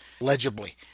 legibly